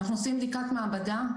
אין בעיה עם הביקור בהקשר הזה.